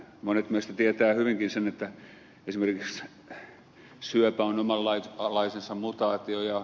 monet meistä tietävät hyvinkin sen että esimerkiksi syöpä on omanlaisensa mutaatio